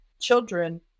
children